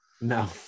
No